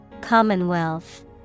Commonwealth